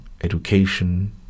education